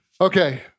Okay